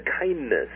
kindness